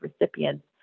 recipients